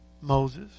Moses